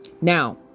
Now